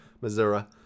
Missouri